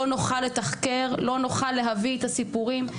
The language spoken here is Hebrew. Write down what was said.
לתחקר ולהביא את הסיפורים?